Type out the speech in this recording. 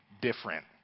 different